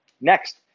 Next